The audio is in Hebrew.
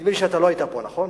נדמה לי שאתה לא היית פה, נכון?